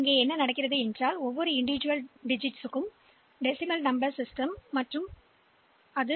D எனப்படும் மற்றொரு எண் அமைப்பு உள்ளது